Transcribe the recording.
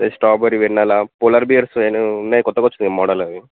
strawberry vanilla Polar Bears side ఉన్నాయి కొత్తగా వచ్చినాయి మోడల్ అది